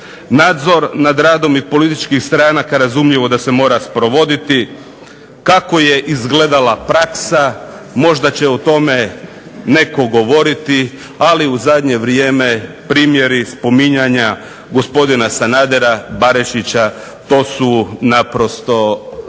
Nadzor nad radom i političkih stranaka razumljivo da se mora sprovoditi, kako je izgledala praksa, možda će o tome netko govoriti, ali u zadnje vrijeme primjeri spominjanja gospodina Sanadera, Barišića, to su naprosto